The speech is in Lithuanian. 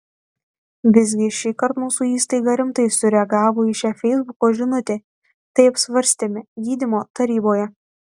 visgi šįkart mūsų įstaiga rimtai sureagavo į šią feisbuko žinutę tai apsvarstėme gydymo taryboje